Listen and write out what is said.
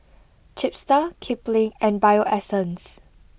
Chipster Kipling and Bio Essence